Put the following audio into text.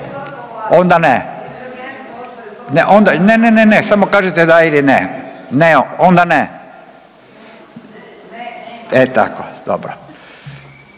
se./… Ne, ne, ne. Samo kažite da ili ne. Onda ne? E tako, dobro.